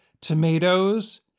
tomatoes